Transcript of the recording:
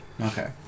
Okay